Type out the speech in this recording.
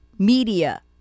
media